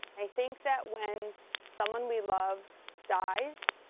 i think that when someone we love dies,